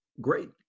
great